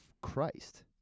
Christ